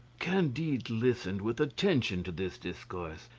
candide listened with attention to this discourse,